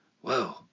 Whoa